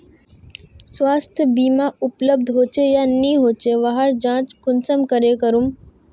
स्वास्थ्य बीमा उपलब्ध होचे या नी होचे वहार जाँच कुंसम करे करूम?